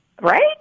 right